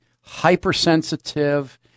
hypersensitive